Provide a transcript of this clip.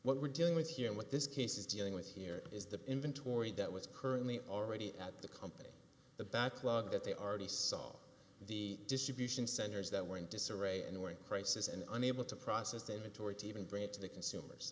what we're dealing with here and what this case is dealing with here is the inventory that was currently already at the company the backlog that they are the saw the distribution centers that were in disarray and were in crisis and unable to process that majority even bring it to the consumers